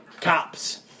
Cops